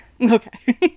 okay